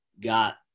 got –